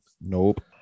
Nope